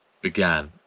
began